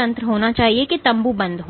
तंत्र होना चाहिए कि तम्बू बंद हो